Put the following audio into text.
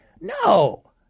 No